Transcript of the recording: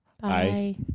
Bye